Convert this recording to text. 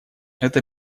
это